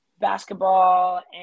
basketball